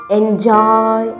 enjoy